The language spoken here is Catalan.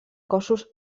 cossos